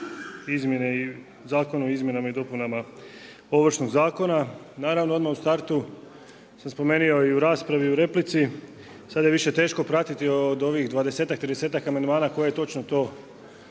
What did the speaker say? podržati Zakon o izmjenama i dopunama Ovršnog zakona. Naravno odmah u startu sam spomenuo i u raspravi i u replici sada je više teško pratiti od ovih 20-ak, 30-ak amandmana koji je točno to čistopis